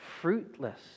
fruitless